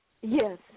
Yes